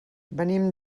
venim